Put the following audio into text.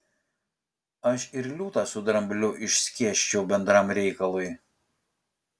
aš ir liūtą su drambliu išskėsčiau bendram reikalui